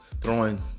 throwing